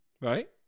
Right